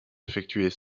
effectuées